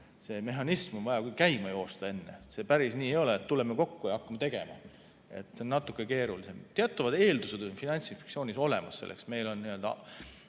see mehhanism on vaja ka käima joosta enne. See päris nii ei ole, et tuleme kokku ja hakkame tegema. See on natuke keerulisem. Teatavad eeldused on Finantsinspektsioonis selleks